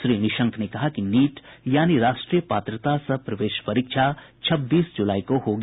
श्री निशंक ने कहा कि नीट यानी राष्ट्रीय पात्रता सह प्रवेश परीक्षा छब्बीस जुलाई को होगी